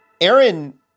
Aaron